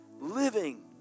living